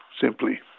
simply